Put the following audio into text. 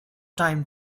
time